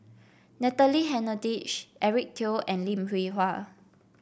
Natalie Hennedige Eric Teo and Lim Hwee Hua